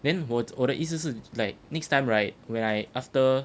then 我我的意思是 like next time right when I after